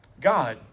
God